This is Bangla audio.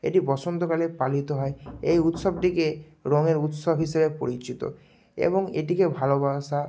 এটি বসন্তকালে পালিত হয় এই উৎসবটিকে রঙের উৎসব হিসেবে পরিচিত এবং এটিকে ভালোবাসা